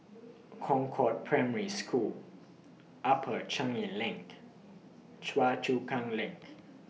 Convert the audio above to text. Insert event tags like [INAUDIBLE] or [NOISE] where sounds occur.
[NOISE] Concord Primary School Upper Changi LINK Choa Chu Kang LINK